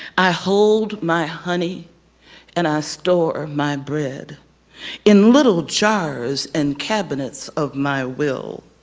i hold my honey and i store my bread in little jars and cabinets of my will.